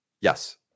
yes